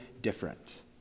different